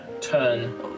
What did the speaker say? turn